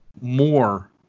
more